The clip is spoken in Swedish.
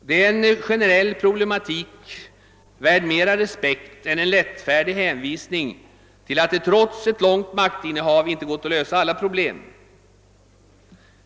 Det är en generell problematik värd mera respekt än en lättfärdig hänvisning till att det trots ett långt maktinnehav inte gått att lösa alla problem.